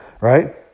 right